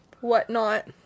whatnot